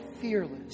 fearless